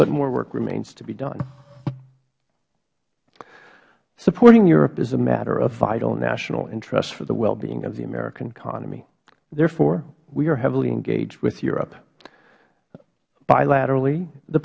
but more work remains to be done supporting europe is a matter of vital national interest for the wellbeing of the american economy therefore we are heavily engaged with europe bilaterally the